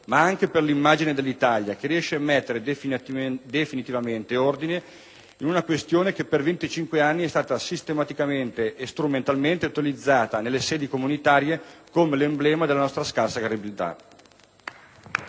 ma anche per l'immagine dell'Italia, che riesce a mettere definitivamente ordine in una questione che, per 25 anni, è stata sistematicamente e strumentalmente utilizzata nelle sedi comunitarie come l'emblema della nostra scarsa credibilità.